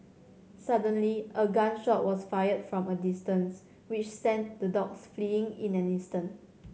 suddenly a gun shot was fired from a distance which sent the dogs fleeing in an instant